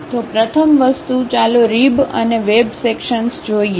તો પ્રથમ વસ્તુ ચાલો રીબઅને વેબ સેક્શનસ જોઈએ